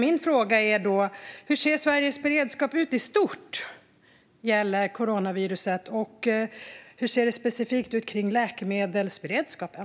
Min fråga är: Hur ser Sveriges beredskap för coronaviruset ut i stort, och hur ser det specifikt ut med läkemedelsberedskapen?